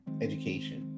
education